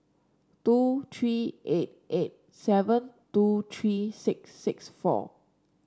two three eight eight seven two three six six four